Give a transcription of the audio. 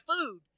food